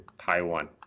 Taiwan